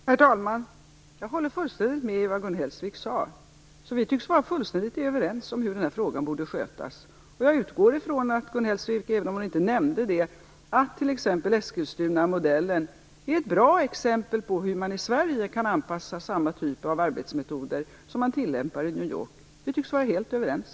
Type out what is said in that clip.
Herr talman! Jag håller fullständigt med om det som Gun Hellsvik säger. Vi tycks vara fullständigt överens om hur den här frågan borde skötas. Även om hon inte nämnde det utgår jag från att Gun Hellsvik håller med om att t.ex. Eskilstunamodellen är ett bra exempel på hur man i Sverige kan anpassa den typ av arbetsmetoder som tillämpas i New York. Vi tycks vara helt överens.